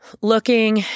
looking